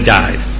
died